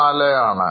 84 ആണ്